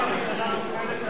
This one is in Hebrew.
ההצעה להסיר מסדר-היום את